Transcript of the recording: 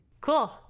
Cool